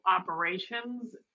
operations